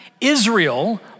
Israel